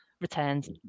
returns